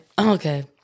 Okay